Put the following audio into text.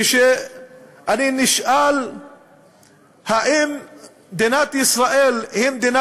כשאני נשאל אם מדינת ישראל היא מדינה